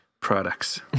products